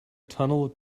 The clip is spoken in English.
tunnel